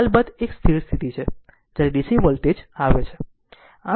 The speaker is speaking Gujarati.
આ અલબત્ત એક સ્થિર સ્થિતિ છે જ્યારે DC વોલ્ટેજ આવે છે